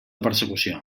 persecució